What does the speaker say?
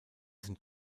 sind